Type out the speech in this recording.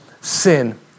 sin